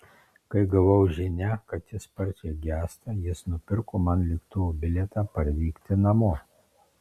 kai gavau žinią kad ji sparčiai gęsta jis nupirko man lėktuvo bilietą parvykti namo